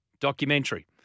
Documentary